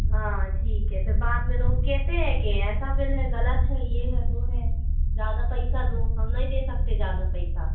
हाँ ठीक है फिर बाद में लोग कहते हैं कि ऐसा बिल्ल है ग़लत है ये है वो है ज़्यादा पैसा दो हम नहीं दे सकते ज़्यादा पैसा